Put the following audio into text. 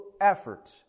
effort